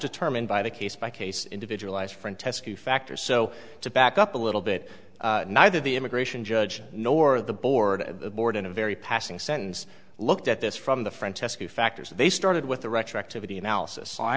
determined by the case by case individualized printemps q factor so to back up a little bit neither the immigration judge nor the board of the board in a very passing sentence looked at this from the francesca factors they started with the retroactivity analysis i